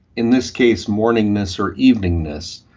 in this case morningness or eveningness,